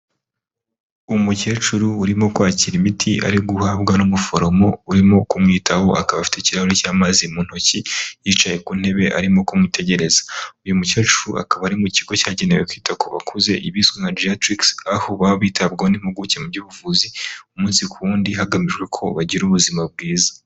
Umukecuru urimo kwakira imiti ari guhabwa n'umuforomo urimo kumwitaho akaba afite ikirahuri cy'amazi mu ntoki yicaye ku ntebe arimo kumutegereza uyu mukecuru akaba ari mu kigo cyagenewe kwita ku bakuze biswe nkajiatric aho baba bitabwaho n'impuguke mu by'ubuvuzi umunsi ku wundi hagamijwe ko bagira ubuzima bwiza.